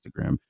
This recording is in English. Instagram